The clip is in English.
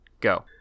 go